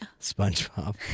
SpongeBob